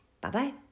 Bye-bye